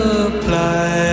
apply